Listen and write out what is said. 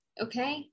okay